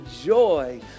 joy